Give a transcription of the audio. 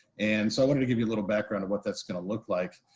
and so i wanted to give you a little background of what that's gonna look like.